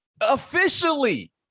officially